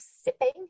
sipping